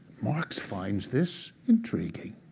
marx finds this intriguing,